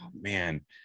man